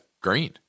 green